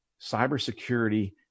cybersecurity